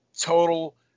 total